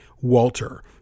Walter